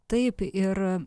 taip ir